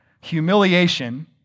humiliation